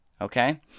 Okay